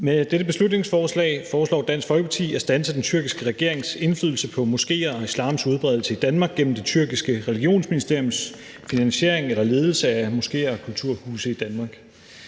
Med dette beslutningsforslag foreslår Dansk Folkeparti at standse den tyrkiske regerings indflydelse på moskéer og islams udbredelse i Danmark gennem det tyrkiske religionsministeriums finansiering eller ledelse af moskéer og kulturhuse i Danmark.